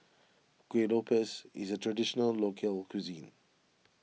Kueh Lopes is a Traditional Local Cuisine